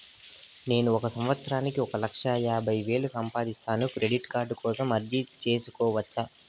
నేను ఒక సంవత్సరానికి ఒక లక్ష యాభై వేలు సంపాదిస్తాను, క్రెడిట్ కార్డు కోసం అర్జీ సేసుకోవచ్చా?